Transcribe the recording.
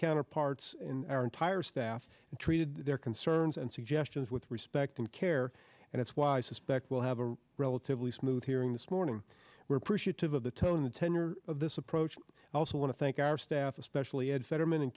counterparts in our entire staff and treated their concerns and suggestions with respect and care and it's why i suspect we'll have a relatively smooth hearing this morning we're appreciative of the tone the tenor of this approach i also want to thank our staff especially ed fetterman and